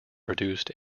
produced